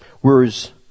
Whereas